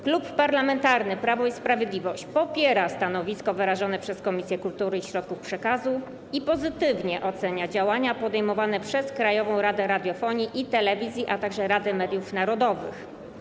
Klub Parlamentarny Prawo i Sprawiedliwość popiera stanowisko wyrażone przez Komisję Kultury i Środków Przekazu i pozytywnie ocenia działania podejmowane przez Krajową Radę Radiofonii i Telewizji, a także Radę Mediów Narodowych.